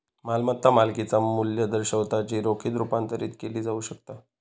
मालमत्ता मालकिचा मू्ल्य दर्शवता जी रोखीत रुपांतरित केली जाऊ शकता